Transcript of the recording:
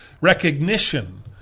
recognition